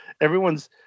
everyone's